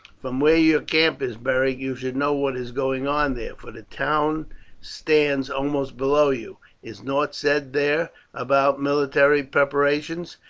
from where your camp is, beric, you should know what is going on there, for the town stands almost below you. is nought said there about military preparations?